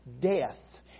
death